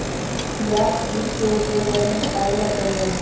chia बीज के उपयोग वजन घटावे ला कइल जाहई